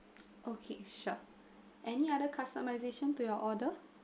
okay sure any other customization to your order